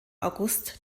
august